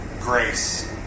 Grace